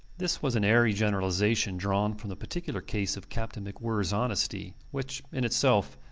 this was an airy generalization drawn from the particular case of captain macwhirrs honesty, which, in itself,